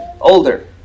older